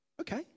okay